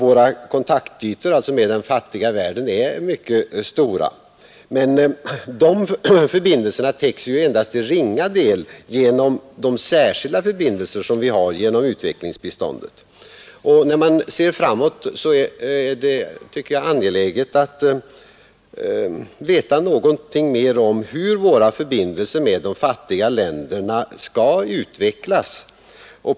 Våra kontaktytor mot den fattiga världen är alltså mycket stora, men dessa förbindelser täcks endast till ringa del genom de särskilda förbindelser som vi har via utvecklingsbiståndet. Jag tycker därför att det, när man ser framåt, är angeläget att veta någonting mer om hur våra förbindelser med de fattiga länderna skall utvecklas.